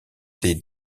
des